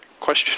question